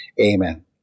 Amen